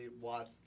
watch